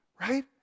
right